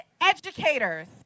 educators